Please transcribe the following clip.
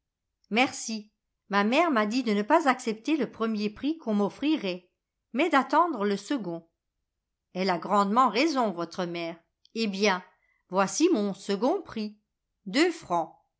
merci ma mère m'a dit de ne pas accepter le premier prix qu'on m'offrirait mais d'attendre le second elle a grandement raison votre mère eh bien voici mon second prix deux francs